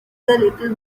little